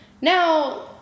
Now